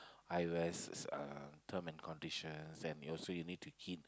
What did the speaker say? I_O_S uh term and conditions and also you need to heed